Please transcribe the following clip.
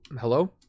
hello